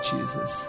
Jesus